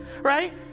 right